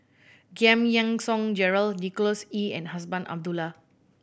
Giam Yean Song Gerald Nicholas Ee and Azman Abdullah